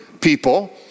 people